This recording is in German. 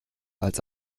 als